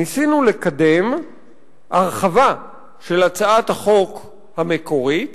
ניסינו לקדם הרחבה של הצעת החוק המקורית